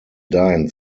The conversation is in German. dahin